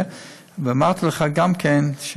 ואמרתי לך גם כן,